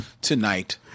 tonight